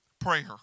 prayer